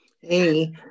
hey